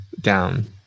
down